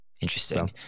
interesting